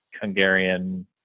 hungarian